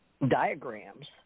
diagrams